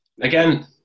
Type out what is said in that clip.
Again